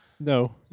No